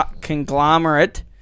Conglomerate